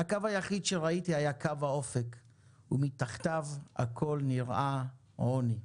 הקו היחיד שראיתי היה קו האופק ומתחתיו הכול נראה עוני".